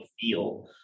feel